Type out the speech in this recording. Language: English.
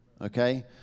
Okay